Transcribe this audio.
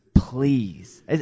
Please